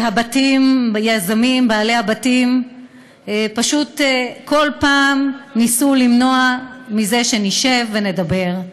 שהיזמים בעלי הבתים פשוט כל פעם ניסו למנוע שנשב ונדבר,